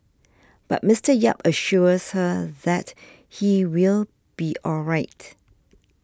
but Mister Yap assures her that he will be all right